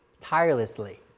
tirelessly